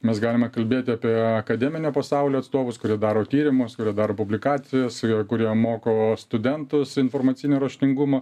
mes galime kalbėti apie akademinio pasaulio atstovus kurie daro tyrimus kurie daro publikacijas ir kurie moko studentus informacinio raštingumo